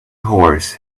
horse